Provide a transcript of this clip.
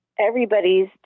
everybody's